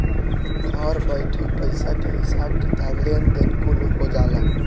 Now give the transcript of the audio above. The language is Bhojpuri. घर बइठल पईसा के हिसाब किताब, लेन देन कुल हो जाला